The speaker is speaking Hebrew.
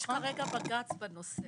יש כרגע בג"ץ בנושא.